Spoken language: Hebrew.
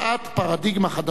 פרדיגמה חדשה,